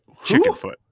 Chickenfoot